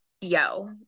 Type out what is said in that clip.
yo